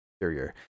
interior